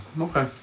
Okay